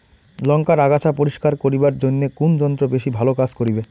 লংকার আগাছা পরিস্কার করিবার জইন্যে কুন যন্ত্র বেশি ভালো কাজ করিবে?